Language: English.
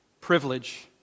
Privilege